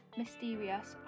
mysterious